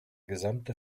gesamte